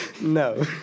No